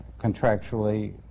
contractually